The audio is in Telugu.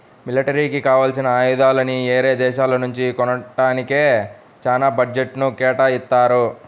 మిలిటరీకి కావాల్సిన ఆయుధాలని యేరే దేశాల నుంచి కొంటానికే చానా బడ్జెట్ను కేటాయిత్తారు